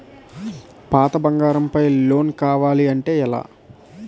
పాత బంగారం పై లోన్ కావాలి అంటే ఎలా?